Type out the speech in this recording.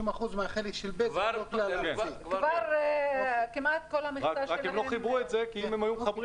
הם לא חיברו את זה כי אם הם היו מחברים